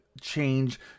change